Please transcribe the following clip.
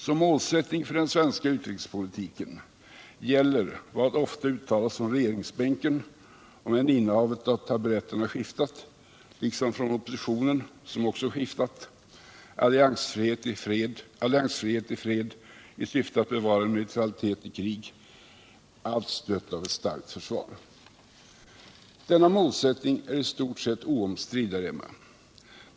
Som målsättning för den svenska utrikespolitiken gäller vad ofta uttalats från regeringsbänken — hur än innehavet av taburetterna skiftat — liksom från oppositionen, som också skiftat: alliansfrihet i fred i syfte att bevara vår neutralitet i krig, allt stött av ett starkt försvar. Denna målsättning är i stort sett oomstridd här hemma.